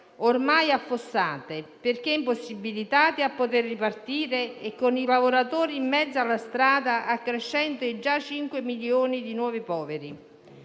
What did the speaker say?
ormai affossate, perché impossibilitate a ripartire e con i lavoratori in mezzo alla strada, accrescendo i cinque milioni di nuovi poveri.